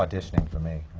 auditioning. for me,